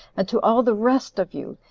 and to all the rest of you.